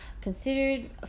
considered